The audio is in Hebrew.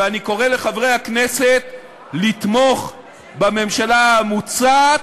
ואני קורא לחברי הכנסת לתמוך בממשלה המוצעת,